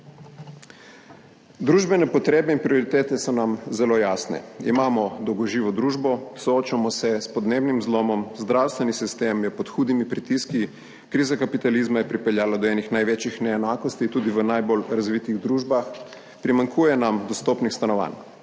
Družbene potrebe in prioritete so nam zelo jasne. Imamo dolgoživo družbo, soočamo se s podnebnim zlomom, zdravstveni sistem je pod hudimi pritiski, kriza kapitalizma je pripeljala do enih največjih neenakosti tudi v najbolj razvitih družbah, primanjkuje nam dostopnih stanovanj.